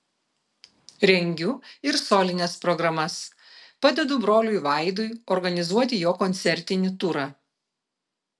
rengiu ir solines programas padedu broliui vaidui organizuoti jo koncertinį turą